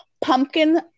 pumpkin